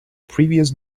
previous